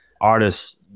artists